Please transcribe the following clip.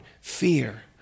fear